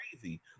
crazy